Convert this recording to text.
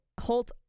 Holt